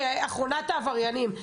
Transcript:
כאחרונת העבריינים.